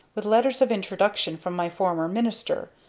with letters of introduction from my former minister,